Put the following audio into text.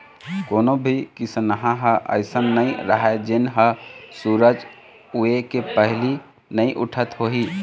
कोनो भी किसनहा ह अइसन नइ राहय जेन ह सूरज उए के पहिली नइ उठत होही